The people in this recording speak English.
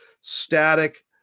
static